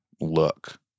look